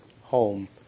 home